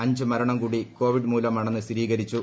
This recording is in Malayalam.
അഞ്ച് മരണം കൂടി കോവിഡ് മൂലമാണെന്ന് സ്ഥിരീകരിച്ചു